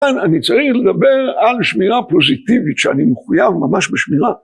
אני צריך לדבר על שמירה פוזיטיבית שאני מחויב ממש בשמירה.